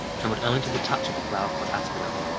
trembled only to the touch of the flower called asphodel.